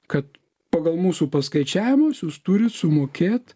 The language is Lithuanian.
kad pagal mūsų paskaičiavimus jūs turit sumokėt